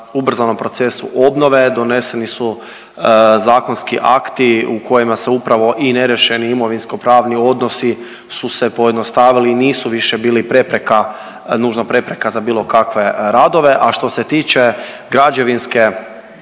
ubrzanom procesu obnove. Doneseni su zakonski akti u kojima se upravo i neriješeni imovinsko-pravni odnosi su se pojednostavili i nisu više bili prepreka, nužno prepreka za bilo kakve radove. A što se tiče građevinske,